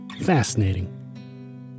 fascinating